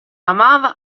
amava